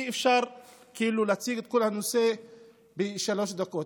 אי-אפשר להציג את כל הנושא בשלוש דקות,